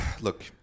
look